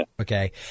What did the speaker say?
okay